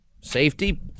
safety